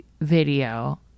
video